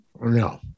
No